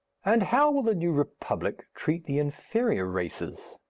and how will the new republic treat the inferior races?